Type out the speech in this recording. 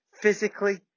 physically